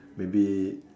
maybe